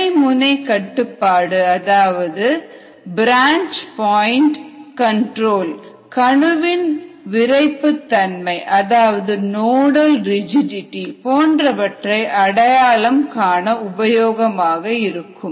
கிளை முனை கட்டுப்பாடு அதாவது பிரான்ச் பாயிண்ட் கண்ட்ரோல் கணு வின் விரைப்புத்தன்மை அதாவது நோடல் ரிஜிட்டிடி போன்றவற்றை அடையாளம் காண உபயோகமாக இருக்கும்